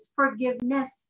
forgiveness